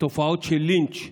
ולתופעות לינץ',